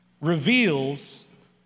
reveals